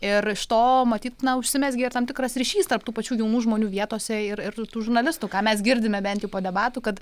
ir iš to matyt na užsimezgė ir tam tikras ryšys tarp tų pačių jaunų žmonių vietose ir ir tų žurnalistų ką mes girdime bent jau po debatų kad